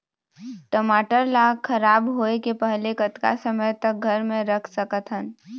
टमाटर ला खराब होय के पहले कतका समय तक घर मे रख सकत हन?